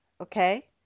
Okay